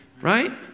Right